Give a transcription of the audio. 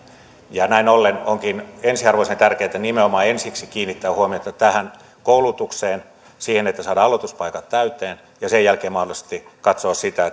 näin ollen onkin ensiarvoisen tärkeätä nimenomaan ensiksi kiinnittää huomiota koulutukseen siihen että saadaan aloituspaikat täyteen ja sen jälkeen mahdollisesti katsoa sitä